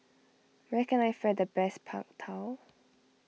where can I find the best Png Tao